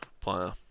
player